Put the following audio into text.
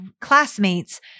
classmates